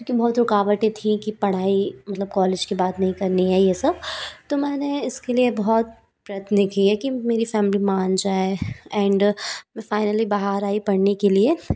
क्योंकि बहुत रूकावटें थीं कि पढ़ाई मतलब कॉलेज के बाद नहीं करनी है ये सब तो मैंने इसके लिए बहुत प्रयत्न किए कि मेरी फ़ैमिली मान जाए एंड मैं फ़ाइनली बाहर आइ पढ़ने के लिए